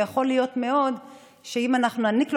גם יכול מאוד להיות שאם אנחנו נעניק לו